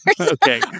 Okay